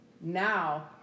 now